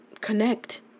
Connect